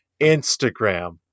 Instagram